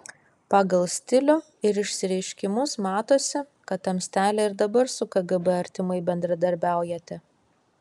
pagal stilių ir išsireiškimus matosi kad tamstelė ir dabar su kgb artimai bendradarbiaujate